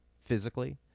physically